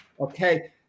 okay